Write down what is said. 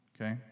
okay